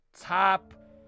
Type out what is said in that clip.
top